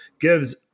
gives